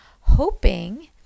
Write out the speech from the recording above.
hoping